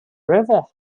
river